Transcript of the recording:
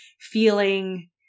feeling